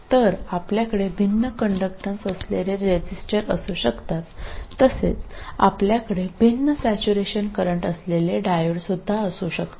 तर आपल्याकडे भिन्न कंडक्टन्स असलेले रेझिस्टर असू शकतात तसेच आपल्याकडे भिन्न सॅचुरेशन करंट असलेले डायोड असू शकतात